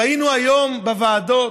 ראינו היום בוועדות